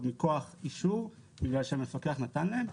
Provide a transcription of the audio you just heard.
מכוח אישור בגלל שהמפקח נתן להם,